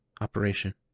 operation